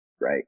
Right